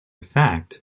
fact